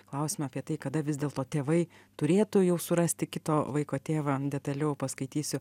klausimą apie tai kada vis dėlto tėvai turėtų jau surasti kito vaiko tėvą detaliau paskaitysiu